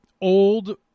old